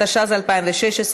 התשע"ז 2016,